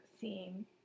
seeing